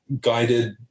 guided